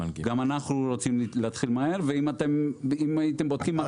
גם אנחנו רוצים להתחיל מהר ואם הייתם בודקים מה קרה